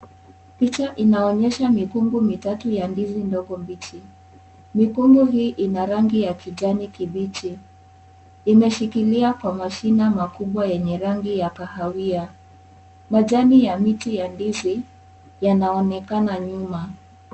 Picha inaonyesha mikungu mitatu ya ndizi ndogo mbichi, mikunguu hii ina rangi ya kijani kibichi, imeshikilia kwa mashina makubwa yenye rangi ya kahawia, majani ya miti ya ndizi yanaonekana nyuma.